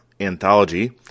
Anthology